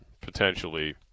potentially –